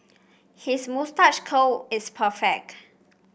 his moustache curl is perfect